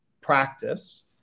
practice